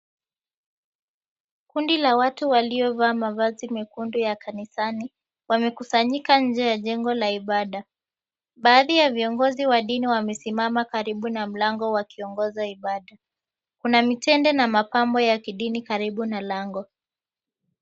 Kundi la watu waliovaa mavazi mekundu ya kanisani, wamekusanyika nje ya jengo la ibada. Baadhi ya viongozi wa dini wamesimama karibu na mlango wakiongoza ibada. Kuna mitende na mapambo ya kidini karibu na lango.